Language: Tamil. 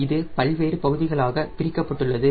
இது பல்வேறு பகுதிகளாக பிரிக்கப்பட்டுள்ளது